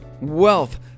wealth